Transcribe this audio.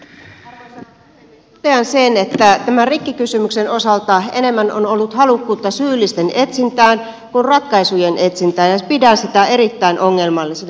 totean sen että tämän rikkikysymyksen osalta enemmän on ollut halukkuutta syyllisten etsintään kuin ratkaisujen etsintään ja pidän sitä erittäin ongelmallisena